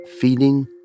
feeding